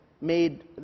made